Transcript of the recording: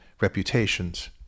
reputations